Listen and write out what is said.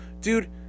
Dude